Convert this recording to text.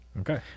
Okay